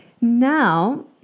Now